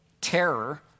terror